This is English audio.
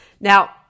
Now